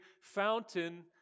fountain